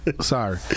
Sorry